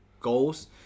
goals